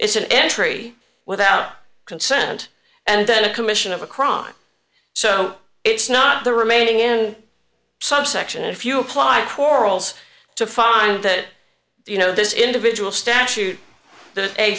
it's an entry without consent and then a commission of a crime so it's not the remaining and subsection if you apply corals to find that you know this individual statute that a